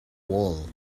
wall